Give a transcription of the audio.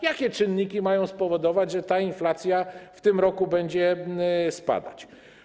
Jakie czynniki mają spowodować, że inflacja w tym roku będzie spadać?